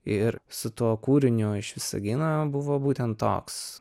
ir su tuo kūriniu iš visagino buvo būtent toks